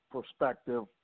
perspective